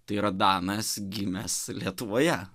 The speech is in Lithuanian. tai yra danas gimęs lietuvoje